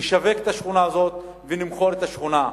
נשווק את השכונה הזאת ונמכור את השכונה.